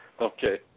okay